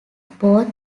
both